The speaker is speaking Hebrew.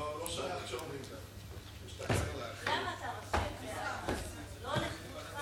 לא שייך שאומרים ככה, למה אתה, לא לכבודך.